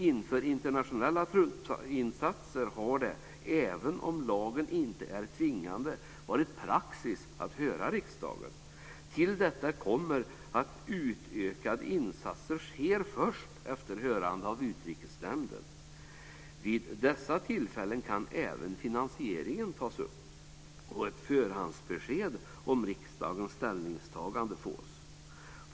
Inför internationella truppinsatser har det, även om lagen inte är tvingande, varit praxis att höra riksdagen. Till detta kommer att utökade insatser sker först efter hörande av Utrikesnämnden. Vid dessa tillfällen kan även finansieringen tas upp, och ett förhandsbesked om riksdagens ställningstagande fås.